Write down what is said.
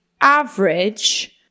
average